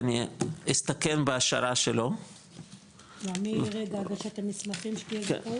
אני אסתמך על ההשערה שלו --- ואני אראה בהגשת המסמכים שתהיה זכאות?